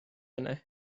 hynny